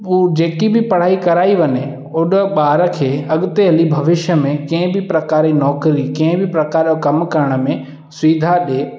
उहो जेकी बि पढ़ाई कराई वञे ओड़ो ॿार खे अॻिते हली भविष्य में कंहिं बि प्रकार जी नौकरी कंहिं बि प्रकार जो कमु करण में सुविधा ॾे